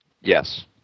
Yes